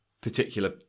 particular